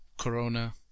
Corona